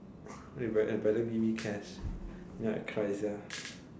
better better better give me cash if not I cry sia